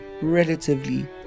relatively